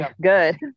Good